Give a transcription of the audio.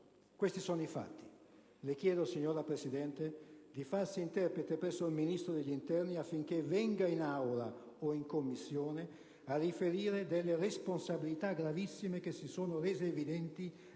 Questi sono i fatti. Le chiedo, signora Presidente, di farsi interprete presso il Ministro dell'interno affinché venga in Aula o in Commissione a riferire delle responsabilità gravissime che si sono rese evidenti